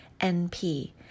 NP